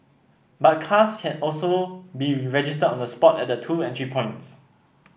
but cars can also be registered on the spot at the two entry points